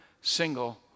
single